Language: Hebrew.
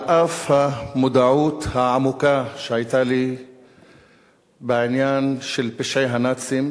על אף המודעות העמוקה שהיתה לי בעניין פשעי הנאצים,